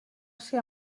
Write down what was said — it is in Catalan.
ser